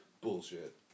bullshit